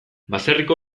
baserriko